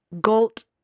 Galt